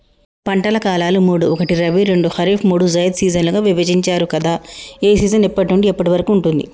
పంటల కాలాలు మూడు ఒకటి రబీ రెండు ఖరీఫ్ మూడు జైద్ సీజన్లుగా విభజించారు కదా ఏ సీజన్ ఎప్పటి నుండి ఎప్పటి వరకు ఉంటుంది?